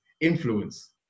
influence